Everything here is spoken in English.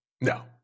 No